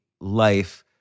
life